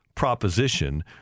Proposition